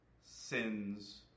sins